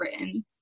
written